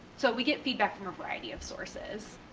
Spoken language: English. so we get feedback from a variety of sources,